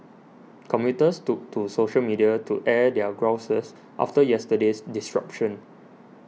commuters took to social media to air their grouses after yesterday's disruption